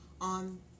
On